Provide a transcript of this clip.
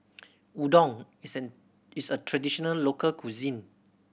udon is an is a traditional local cuisine